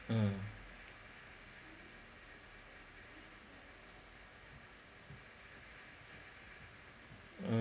mm mm